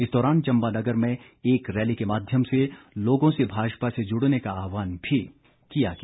इस दौरान चम्बा नगर में एक रैली के माध्यम से लोगों से भाजपा से जुड़ने का आह्वान भी किया गया